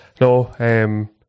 no